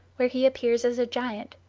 where he appears as a giant,